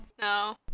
No